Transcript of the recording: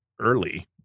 early